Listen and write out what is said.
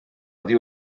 oddi